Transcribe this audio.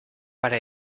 para